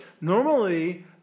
normally –